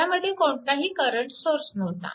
ह्यामध्ये कोणताही current source नव्हता